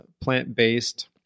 plant-based